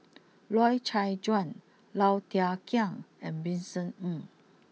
Loy Chye Chuan Low Thia Khiang and Vincent Ng